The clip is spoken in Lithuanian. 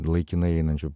laikinai einančiu